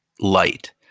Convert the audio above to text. light